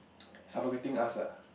suffocating us ah